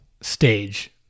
stage